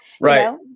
Right